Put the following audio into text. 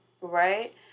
Right